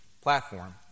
platform